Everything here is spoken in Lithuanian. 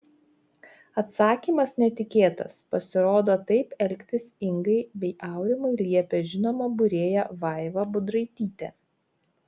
atsakymas netikėtas pasirodo taip elgtis ingai bei aurimui liepė žinoma būrėja vaiva budraitytė